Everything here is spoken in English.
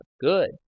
good